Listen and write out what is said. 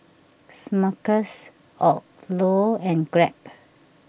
Smuckers Odlo and Grab